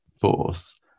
force